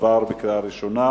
עברה בקריאה ראשונה,